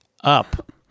up